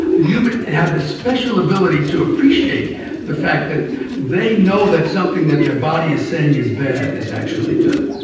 humans have this special ability to appreciate the fact that they know that something that their body is saying is bad is actually good.